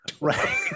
right